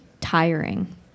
tiring